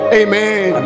amen